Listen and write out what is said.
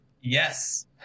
Yes